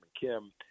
kim